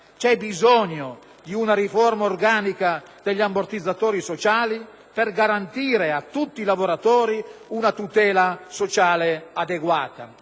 C'è bisogno di una riforma organica degli ammortizzatori sociali per garantire a tutti i lavoratori una tutela sociale adeguata;